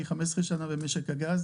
אני 15 שנה במשק הגז.